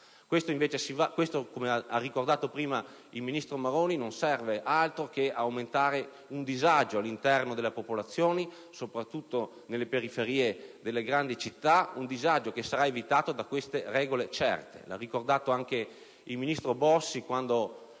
non è carità! Come ha ricordato prima il ministro Maroni, questo non serve altro che ad aumentare un disagio all'interno delle popolazioni, soprattutto nelle periferie delle grandi città; un disagio che sarà evitato da queste regole certe. Lo ha ricordato anche il ministro Bossi quando